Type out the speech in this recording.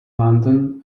london